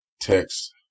text